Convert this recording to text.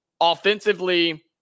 Offensively